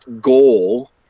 goal